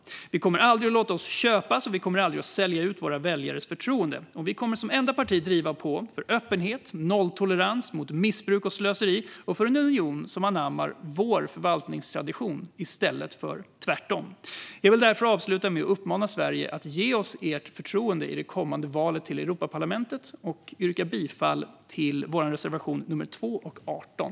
Vi kommer aldrig att låta oss köpas, och vi kommer aldrig att sälja ut våra väljares förtroende. Vi kommer som enda parti att driva på för öppenhet, för nolltolerans mot missbruk och slöseri och för en union som anammar vår förvaltningstradition i stället för tvärtom. Jag vill därför avsluta med att uppmana Sverige att ge oss förtroende i det kommande valet till Europaparlamentet och yrka bifall till våra reservationer nr 2 och nr 18.